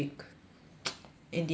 in the afternoon